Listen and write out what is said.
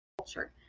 culture